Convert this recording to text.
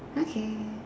okay